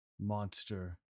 monster